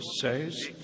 says